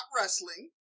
wrestling